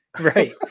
Right